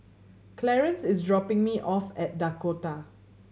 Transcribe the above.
Clarance is dropping me off at Dakota